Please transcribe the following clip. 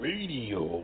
Radio